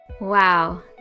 Wow